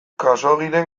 khaxoggiren